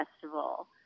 festival